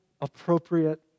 appropriate